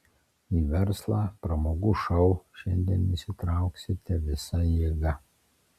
į verslą pramogų šou šiandien įsitrauksite visa jėga